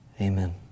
Amen